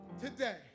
Today